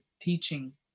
teaching